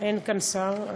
אין כאן שר.